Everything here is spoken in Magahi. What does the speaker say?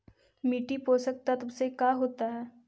मिट्टी पोषक तत्त्व से का होता है?